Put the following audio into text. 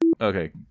Okay